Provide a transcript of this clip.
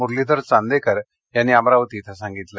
मुरलीधर चांदेकर यांनी अमरावती इथ सांगितल